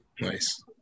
Nice